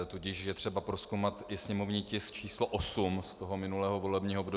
Tudíž je třeba prozkoumat i sněmovní tisk číslo 8 z minulého volebního období.